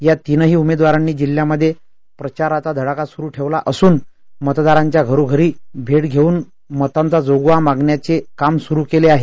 या तिनही उमेदवारांनी जिल्ह्यामध्ये प्रचाराचा धडाका सुरू ठेवला असून मतदारांच्या घरोघरी भेट घेऊन मतांचा जोगवा मागण्याचे काम सुरू केले आहे